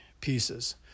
pieces